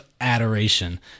adoration